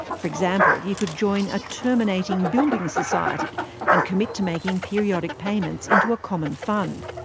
for example, you could join a terminating building society and commit to making periodic payments into a common fund.